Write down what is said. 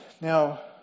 Now